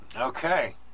okay